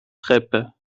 treppe